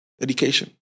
Education